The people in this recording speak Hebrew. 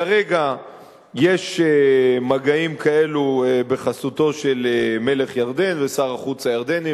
כרגע יש מגעים כאלו בחסות מלך ירדן ושר החוץ הירדני,